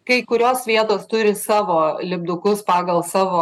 kai kurios vietos turi savo lipdukus pagal savo